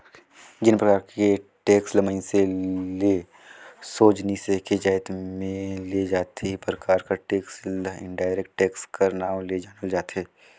जेन परकार के टेक्स ल मइनसे ले सोझ नी लेके जाएत में ले जाथे ए परकार कर टेक्स ल इनडायरेक्ट टेक्स कर नांव ले जानल जाथे